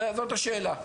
זאת השאלה.